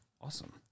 Awesome